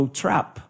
trap